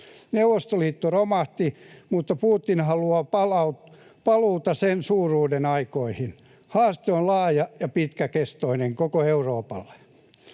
Neuvostoliitto romahti, mutta Putin haluaa paluuta sen suuruuden aikoihin. Haaste on laaja ja pitkäkestoinen koko Euroopalle.